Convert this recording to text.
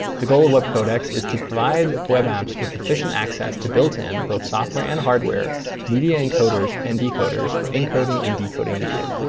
the goal of web codecs is to provide web apps with efficient access to built-in both software and hardware media encoders and decoders for encoding and decoding media.